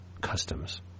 customs